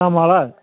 दामालाय